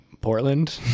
portland